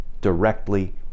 directly